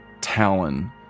talon